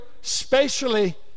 spatially